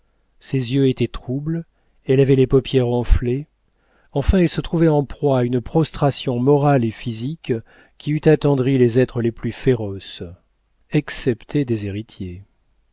ses yeux étaient troubles elle avait les paupières enflées enfin elle se trouvait en proie à une prostration morale et physique qui eût attendri les êtres les plus féroces excepté des héritiers